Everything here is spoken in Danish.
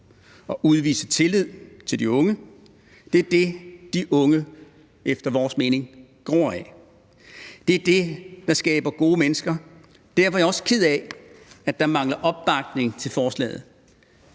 og udvise tillid til de unge. Det er det, de unge efter vores mening gror af. Det er det, der skaber gode mennesker. Og derfor er jeg også ked af, at der mangler opbakning til forslaget.